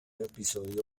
episodio